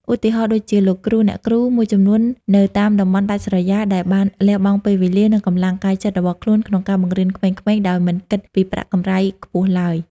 ឧទាហរណ៍ដូចជា លោកគ្រូអ្នកគ្រូមួយចំនួននៅតាមតំបន់ដាច់ស្រយាល ដែលបានលះបង់ពេលវេលា និងកម្លាំងកាយចិត្តរបស់ខ្លួនក្នុងការបង្រៀនក្មេងៗដោយមិនគិតពីប្រាក់កម្រៃខ្ពស់ឡើយ។